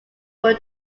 were